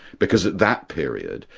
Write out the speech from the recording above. because at that period,